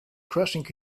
crashing